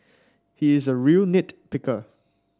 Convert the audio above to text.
he is a real nit picker